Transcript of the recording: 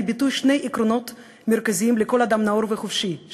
ביטוי שני עקרונות מרכזיים לכל אדם נאור וחופשי,